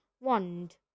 wand